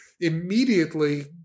immediately